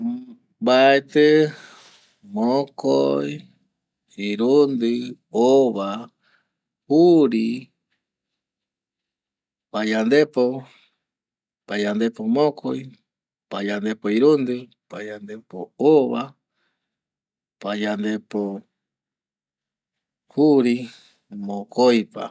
Mbaeti mokoi irundi, ova, juri, payandepo, payandepo mokoi, payandepo irundi, payandepo ova, payandepo juri, mokoipa